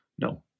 No